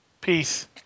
Peace